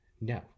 no